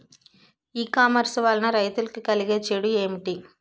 ఈ కామర్స్ వలన రైతులకి కలిగే చెడు ఎంటి?